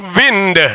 wind